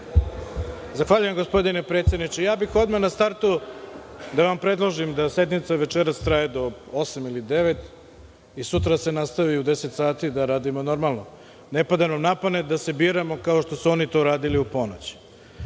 Zahvaljujem gospodine predsedniče. Odmah bih na startu da vam predložim da sednica večeras traje do osam ili devet časova i sutra da se nastavi u 10,00 sati, da radimo normalno. Ne pada nam na pamet da se biramo, kao što su oni to radili u ponoć. Sa